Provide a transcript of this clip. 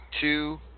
two